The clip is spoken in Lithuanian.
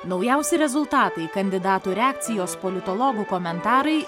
naujausi rezultatai kandidatų reakcijos politologų komentarai